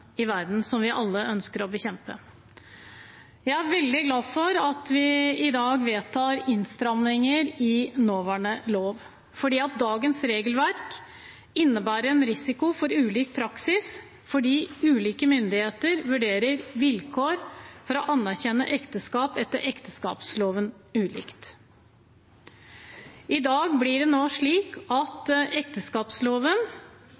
i verden, som vi alle ønsker å bekjempe. Jeg er veldig glad for at vi i dag vedtar innstramninger i nåværende lov, for dagens regelverk innebærer en risiko for ulik praksis fordi ulike myndigheter vurderer vilkår for å anerkjenne ekteskap etter ekteskapsloven ulikt. I dag blir det nå slik